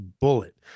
bullet